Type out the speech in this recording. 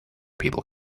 people